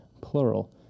plural